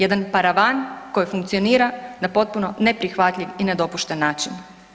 Jedan paravan koji funkcionira na potpuno neprihvatljiv i nedopušten način.